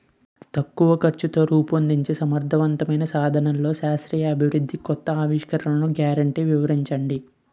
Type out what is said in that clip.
తక్కువ ఖర్చుతో రూపొందించే సమర్థవంతమైన సాధనాల్లో శాస్త్రీయ అభివృద్ధి కొత్త ఆవిష్కరణలు గ్యారంటీ వివరించండి?